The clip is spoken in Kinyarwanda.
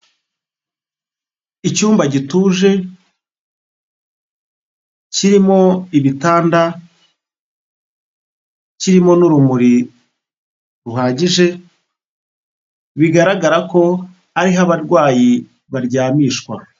Icyumba gituje, kirimo ibitanda kirimo n'urumuri ruhagije, bigaragara ko ariho abarwayi baryamishwa.